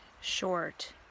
short